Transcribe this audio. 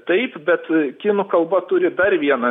taip bet kinų kalba turi dar vieną